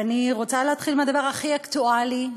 ואני רוצה להתחיל מהדבר הכי אקטואלי,